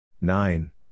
Nine